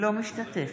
לא משתתפת.